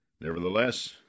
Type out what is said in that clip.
Nevertheless